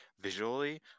visually